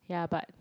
yeah but